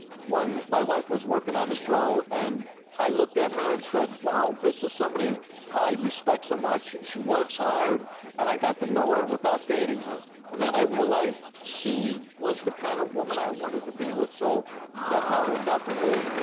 when my wife was working on the show and i looked at her and said, wow this is somebody i respect so much, she works hard and i got to know her without dating her and then i realized she was the kind of woman i wanted to be with so that's how it worked out for me.